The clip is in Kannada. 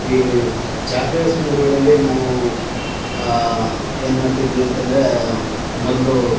ಈ ಜಾತ್ರೆಯ ಸಂದರ್ಭಗಳಲ್ಲಿ ನಾವೂ ಏನು ಮಾಡ್ತಿದ್ವಿ ಅಂತ ಅಂದ್ರೆ ಮೊದಲು